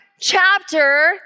chapter